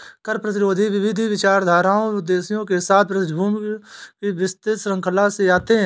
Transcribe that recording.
कर प्रतिरोधी विविध विचारधाराओं उद्देश्यों के साथ पृष्ठभूमि की विस्तृत श्रृंखला से आते है